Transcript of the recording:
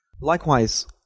Likewise